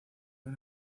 una